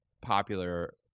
popular